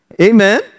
Amen